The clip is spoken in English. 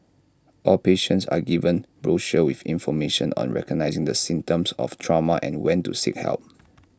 all patients are given brochures with information on recognising the symptoms of trauma and when to seek help